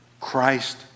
Christ